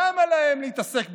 למה להם להתעסק בעובדות?